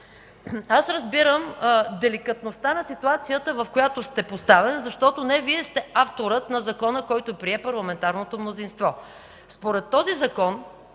Аз разбирам деликатността на ситуацията, в която сте поставен, защото не Вие сте авторът на Закона, който прие парламентарното мнозинство. Според този Закон